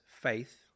faith